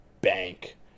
bank